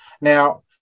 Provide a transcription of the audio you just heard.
now